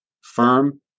firm